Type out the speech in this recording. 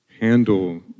handle